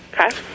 Okay